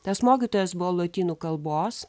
tas mokytojas buvo lotynų kalbos